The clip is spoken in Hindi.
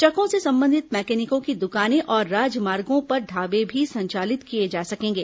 ट्रकों से संबंधित मैकेनिकों की दुकानें और राजमार्गो पर ढाबे भी संचालित किए जा सकेंगे